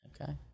Okay